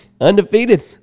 Undefeated